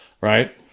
right